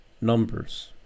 numbers